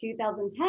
2010